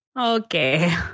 Okay